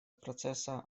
процесса